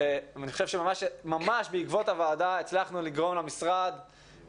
אני חושב שממש בעקבות הוועדה הצלחנו לגרום למשרד,